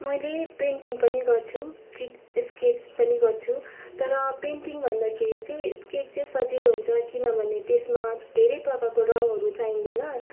मैले पेन्टिङ पनि गर्छु स्केच पनि गर्छु तर पेन्टिङ भन्दाखेरि चाहिँ स्केच चाहिँ सजिलो हुन्छ किनभने त्यसमा धेरै प्रकारको रङ्गहरू चाहिँदैन